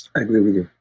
i agree with